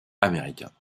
américains